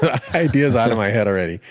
the idea is out of my head already.